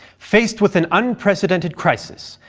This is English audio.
faced with an unprecedented crisis,